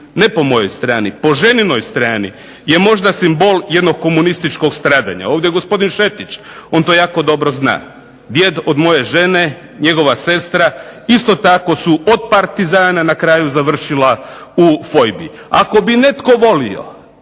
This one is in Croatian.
ne po mojoj strani, po ženinoj strani je možda simbol jednog komunističkog stradanja. Ovdje je gospodin Šetić, on to jako dobro zna. Djed od moje žene, njegova sestra isto tako su od Partizana na kraju završila u Fojbi. Ako bi netko volio